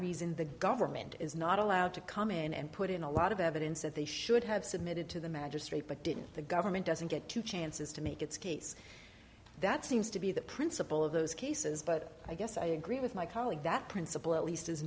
reason the government is not allowed to come in and put in a lot of evidence that they should have submitted to the magistrate but didn't the government doesn't get two chances to make its case that seems to be the principle of those cases but i guess i agree with my colleague that principle at least is